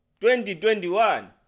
2021